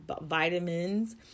vitamins